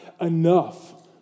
enough